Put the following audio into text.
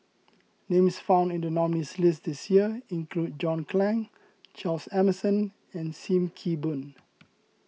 names found in the nominees' list this year include John Clang Charles Emmerson and Sim Kee Boon